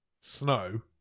Snow